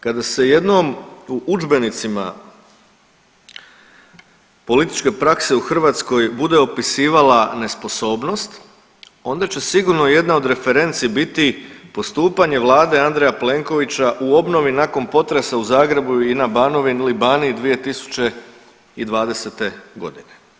Kada se jednom u udžbenicima političke prakse u Hrvatskoj bude opisivala nesposobnost onda će sigurno jedna od referenci biti postupanje Vlade Andreja Plenkovića u obnovi nakon potresa u Zagrebu i na Banovini ili Baniji 2020. godine.